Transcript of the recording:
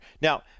Now